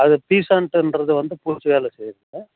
அது பி சாண்ட்ன்றது பூச்சி வேலை செய்யறது